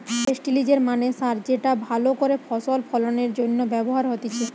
ফেস্টিলিজের মানে সার যেটা ভালো করে ফসল ফলনের জন্য ব্যবহার হতিছে